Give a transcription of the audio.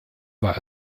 war